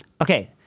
Okay